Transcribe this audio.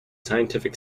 scientific